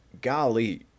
golly